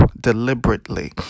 deliberately